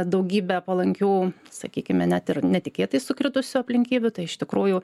daugybe palankių sakykime net ir netikėtai sukritusių aplinkybių tai iš tikrųjų